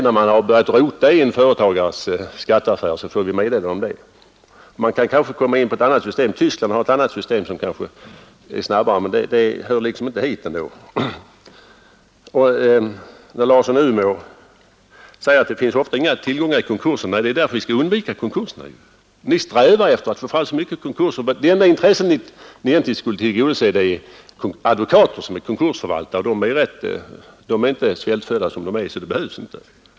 När man har börjat rota i en företagares skatteaffärer får kronofogdarna meddelande om det. Man kan kanske komma fram till ett annat system. Tyskland har ett annat system som kanske är snabbare. Men det hör liksom inte hit ändå. Herr Larsson i Umeå säger att det ofta inte finns några tillgångar i konkurser. Det är ju därför vi skall undvika konkurser. Ni strävar efter att få fram så många konkurser som möjligt. De enda intressen ni egentligen skulle tillgodose är intresset hos advokater som är konkursförvaltare. De är inte svältfödda som det nu är, så det behövs inte.